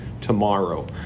tomorrow